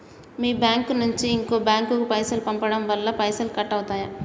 మీ bank నుంచి ఇంకో bank కు పైసలు పంపడం వల్ల పైసలు కట్ అవుతయా?